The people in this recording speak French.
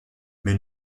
mais